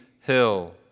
hill